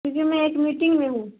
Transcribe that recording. کیونکہ میں ایک میٹنگ میں ہوں